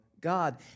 God